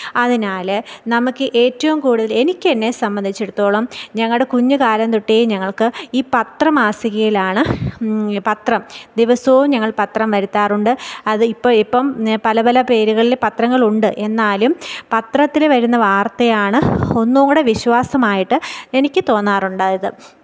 അതിനാൽ നമുക്ക് ഏറ്റവും കൂടുതൽ എനിക്ക് എന്നെ സംബന്ധിച്ചിടത്തോളം ഞങ്ങളുടെ കുഞ്ഞു കാലം തൊട്ടെ ഞങ്ങൾക്ക് ഈ പത്രം മാസികയിലാണ് പത്രം ദിവസവും ഞങ്ങൾ പത്രം വരുത്താറുണ്ട് അതിൽ ഇപ്പം ഇപ്പം പല പല പേരുകളിൽ പത്രങ്ങൾ ഉണ്ട് എന്നാലും പത്രത്തിൽ വരുന്ന വാർത്തയാണ് ഒന്നു കൂടി വിശ്വാസമായിട്ട് എനിക്ക് തോന്നാറുണ്ടായത്